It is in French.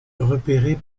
repérer